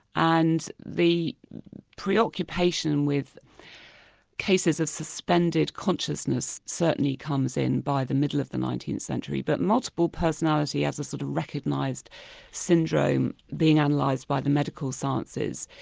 and the preoccupation with cases of suspended consciousness certainly comes in by the middle of the nineteenth century, but multiple personality as a sort of recognised syndrome being and analysed by the medical sciences,